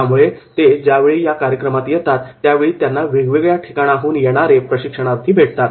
त्यामुळे ते ज्यावेळी या कार्यक्रमात येतात त्यावेळी त्यांना वेगवेगळ्या ठिकाणाहून येणारे प्रशिक्षणार्थी भेटतात